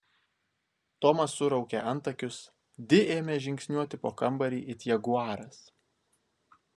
tomas suraukė antakius di ėmė žingsniuoti po kambarį it jaguaras